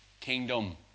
kingdom